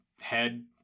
head